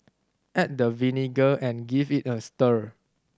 add the vinegar and give it a stir